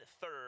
third